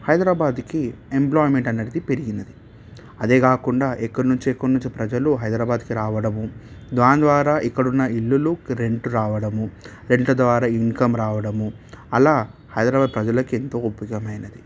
హైదరాబాదుకి employment అనేది పెరిగినది అదే కాకుండా ఎక్కడి నుంచో ఎక్కడి నుంచో ప్రజలు హైదరాబాద్కి రావడము దాని ద్వారా ఇక్కడ ఉన్న ఇల్లులు రెంటు రావడము రెంటు ద్వారా ఇన్కమ్ రావడము అలా హైదరాబాద్ ప్రజలకి ఎంతో ఉపయోగమైనది